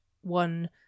one